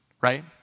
right